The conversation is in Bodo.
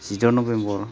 जिद' नभेम्बर